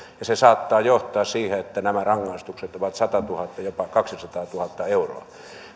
ja se saattaa johtaa siihen että nämä rangaistukset ovat satatuhatta jopa kaksisataatuhatta euroa